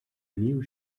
new